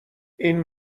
این